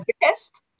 best